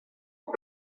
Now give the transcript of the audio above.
aux